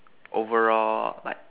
overall like